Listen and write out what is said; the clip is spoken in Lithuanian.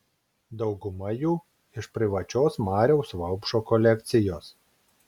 dauguma jų iš privačios mariaus vaupšo kolekcijos